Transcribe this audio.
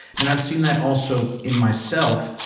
and i've seen that also in myself.